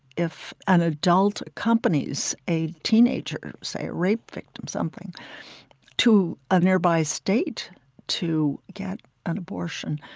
if an adult accompanies a teenager say, a rape victim, something to a nearby state to get an abortion,